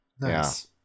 Nice